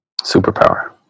Superpower